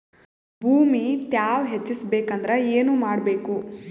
ಭೂಮಿ ತ್ಯಾವ ಹೆಚ್ಚೆಸಬೇಕಂದ್ರ ಏನು ಮಾಡ್ಬೇಕು?